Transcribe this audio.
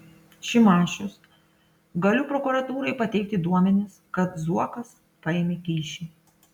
šimašius galiu prokuratūrai pateikti duomenis kad zuokas paėmė kyšį